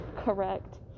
correct